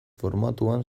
formatuan